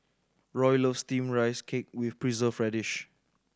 Roy loves Steamed Rice Cake with Preserved Radish